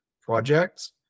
projects